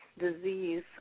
disease